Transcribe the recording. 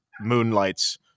Moonlights